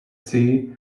sea